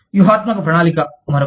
వ్యూహాత్మక ప్రణాళిక మరొకటి